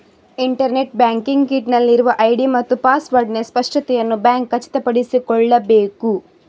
internet banking kit ನಲ್ಲಿರುವ ID ಮತ್ತು ಪಾಸ್ವರ್ಡಿನ ಸ್ಪಷ್ಟತೆಯನ್ನು ಬ್ಯಾಂಕ್ ಖಚಿತಪಡಿಸಿಕೊಳ್ಳಬೇಕು